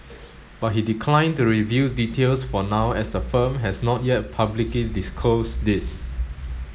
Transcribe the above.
but he declined to reveal details for now as the firm has not yet publicly disclosed these